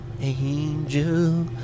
angel